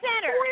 center